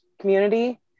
community